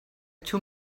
two